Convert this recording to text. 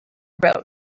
wrote